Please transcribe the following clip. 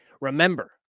Remember